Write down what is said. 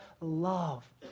love